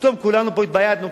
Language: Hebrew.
ופתאום כולנו פה התבייתנו,